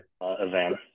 event